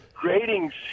Grading